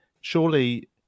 surely